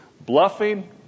bluffing